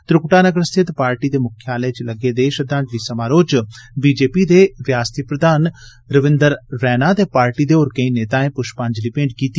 त्रिकुटानगर स्थित पार्टी दे मुख्यालय च लग्गे दे श्रद्धांजलि समारोह च बीजेपी दे रियासती प्रधान रविन्द रैणा ते पार्टी दे होर केंई नेताएं पुष्पांजलि भेंट कीती